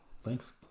thanks